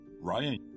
Ryan